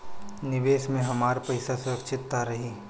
निवेश में हमार पईसा सुरक्षित त रही?